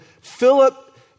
Philip